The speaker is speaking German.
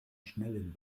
schnellen